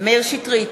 מאיר שטרית,